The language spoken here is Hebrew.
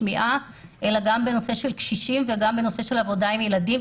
שמיעה אלא גם בעבודה עם קשישים וגם בעבודה עם ילדים.